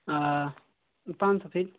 पाँच सौ फीट